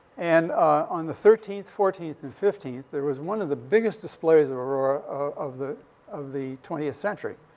and on the thirteenth, fourteenth, and fifteenth, there was one of the biggest displays of aurora of the of the twentieth century.